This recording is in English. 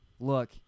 Look